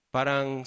Parang